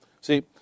See